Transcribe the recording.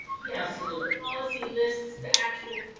yeah, absolutely. policy lists the actual.